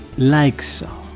like so.